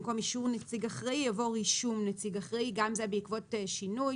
במקום "אישור נציג אחראי" יבוא "רישום נציג אחראי";" גם זה בעקבות שינוי